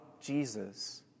Jesus